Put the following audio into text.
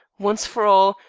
once for all,